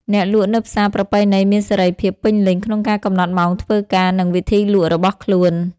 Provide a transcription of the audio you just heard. អ្នកលក់នៅផ្សារប្រពៃណីមានសេរីភាពពេញលេញក្នុងការកំណត់ម៉ោងធ្វើការ និងវិធីលក់របស់ខ្លួន។